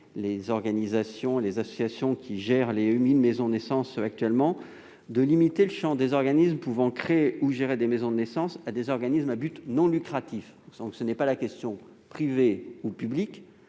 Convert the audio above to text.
en concertation avec les associations qui gèrent les huit maisons de naissance actuellement, de limiter le champ des organismes pouvant créer et gérer des maisons de naissance à des organismes à but non lucratif. Ce n'est donc pas tant la question du secteur public